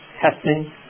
testing